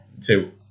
two